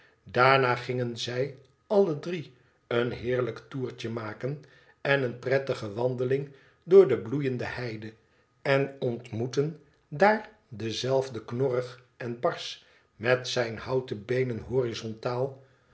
daarna gingen zij alle drie een heerlijk toertje maken en eene prettige wandeling door de bloeiende heide en ontmoetten daar denzelfden knorrig en barsch met zijne houten beenen horizontaal